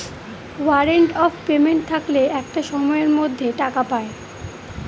warrant of payment থাকলে একটা সময়ের মধ্যে টাকা পায়